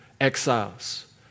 exiles